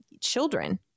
children